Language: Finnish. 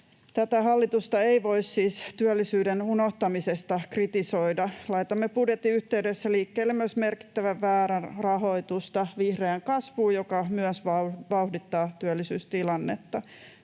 hallitusta ei voi siis työllisyyden unohtamisesta kritisoida. Laitamme budjetin yhteydessä liikkeelle myös merkittävän määrän rahoitusta vihreään kasvuun, joka myös vauhdittaa työllisyystilannetta.